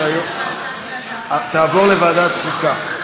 תעבור לוועדת החוקה.